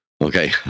Okay